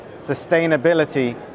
sustainability